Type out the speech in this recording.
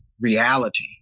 reality